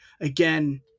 Again